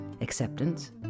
acceptance